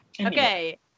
Okay